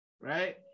right